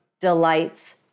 delights